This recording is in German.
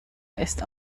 ist